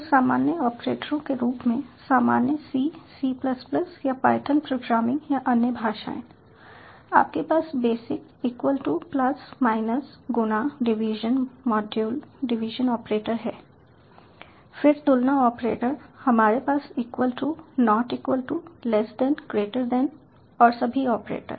तो सामान्य ऑपरेटरों के रूप में सामान्य C C या पायथन प्रोग्रामिंग या अन्य भाषाएं आपके पास basic equal to plus minus गुणा डिवीजन मॉड्यूल डिवीजन ऑपरेटर हैं फिर तुलना ऑपरेटर हमारे पास equal to not equal to less than greater than और सभी ऑपरेटर